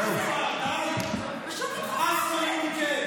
חבר הכנסת גלעד קריב.